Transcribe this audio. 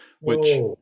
which-